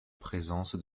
présence